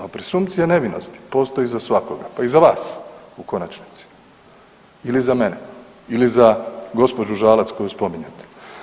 A presumpcija nevinosti postoji za svakoga, pa i za vas u konačnici ili za mene ili za gospođu Žalac koju spominjete.